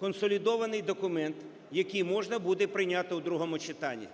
консолідований документ, який можна буде прийняти в другому читанні.